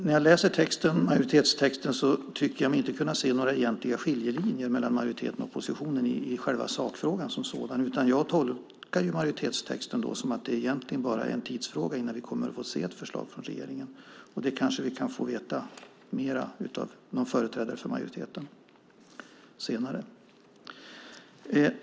När jag läser majoritetstexten tycker jag mig inte kunna se några egentliga skiljelinjer mellan majoriteten och oppositionen i själva sakfrågan. Jag tolkar majoritetstexten som att det egentligen bara är en tidsfråga innan vi kommer att få se ett förslag från regeringen. Det kanske vi kan få höra mer om från någon företrädare för majoriteten senare.